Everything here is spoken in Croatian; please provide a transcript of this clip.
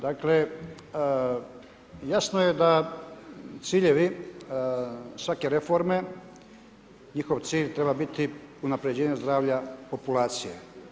Dakle, jasno je da ciljevi svake reforme, njih cilj treba biti unaprjeđenje zdravlja populacije.